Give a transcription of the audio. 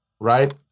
right